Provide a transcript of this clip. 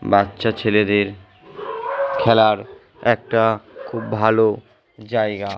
বাচ্চা ছেলেদের খেলার একটা খুব ভালো জায়গা